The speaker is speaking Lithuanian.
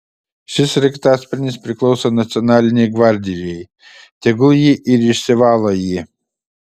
šis sraigtasparnis priklauso nacionalinei gvardijai tegul ji ir išsivalo jį